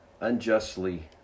unjustly